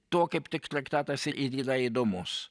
tuo kaip tik traktatas ir yra įdomus